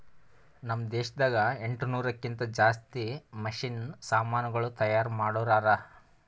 ನಾಮ್ ದೇಶದಾಗ ಎಂಟನೂರಕ್ಕಿಂತಾ ಜಾಸ್ತಿ ಮಷೀನ್ ಸಮಾನುಗಳು ತೈಯಾರ್ ಮಾಡೋರ್ ಹರಾ